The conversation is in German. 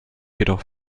jedoch